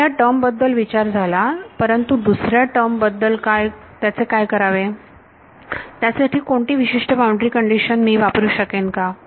तर ह्या टर्म बद्दल विचार झाला परंतु दुसऱ्या टर्म बद्दल काय त्याचे काय करावे त्यासाठी कोणती विशिष्ट बाउंड्री कंडिशन मी वापरू शकेल का